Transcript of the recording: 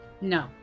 No